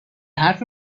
حرف